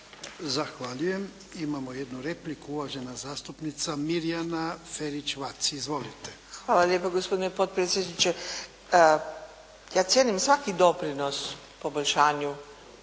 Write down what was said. Zahvaljujem. Imamo jednu repliku, uvažena zastupnica Mirjana Ferić-Vac. Izvolite. **Ferić-Vac, Mirjana (SDP)** Hvala lijepo gospodine potpredsjedniče. Ja cijenim svaki doprinos poboljšanju